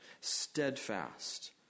steadfast